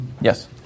Yes